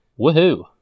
Woohoo